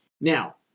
Now